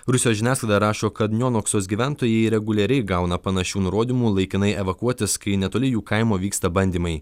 rusijos žiniasklaida rašo kad nionoksos gyventojai reguliariai gauna panašių nurodymų laikinai evakuotis kai netoli jų kaimo vyksta bandymai